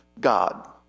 God